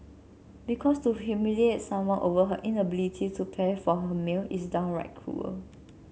because to humiliate someone over her inability to pay for her meal is downright cruel